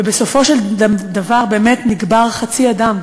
ובסופו של דבר נקבר חצי אדם,